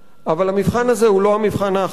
אבל המבחן הזה הוא לא המבחן האחרון,